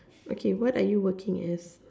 okay what are you working as